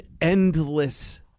endless